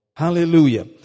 Hallelujah